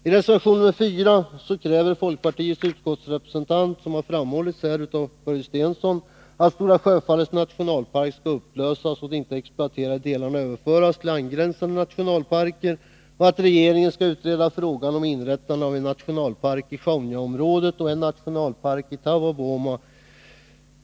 I reservation nr 4 kräver folkpartiets utskottsrepresentant — som framhållits här av Börje Stensson — att Stora sjöfallets nationalpark skall upplösas och de inte exploaterade delarna överföras till angränsande nationalparker samt att regeringen skall utreda frågan om inrättande av en nationalpark i Sjaunjaområdet och en nationalpark i Taavavuomaområdet.